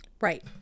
right